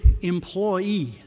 employee